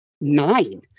nine